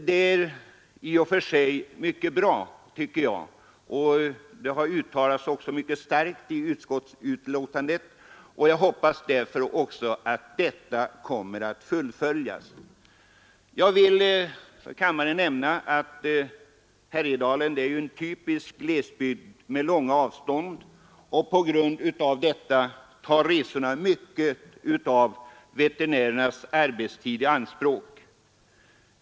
Det är i och för sig mycket bra, tycker jag, och eftersom utskottet har uttalat sig mycket starkt på den punkten hoppas jag att denna plan kommer att fullföljas. Jag vill för kammaren nämna att Härjedalen är en typisk glesbygd med långa avstånd. På grund av detta tar resorna mycket av veterinärernas arbetstid i anspråk.